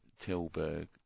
Tilburg